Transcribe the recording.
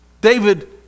David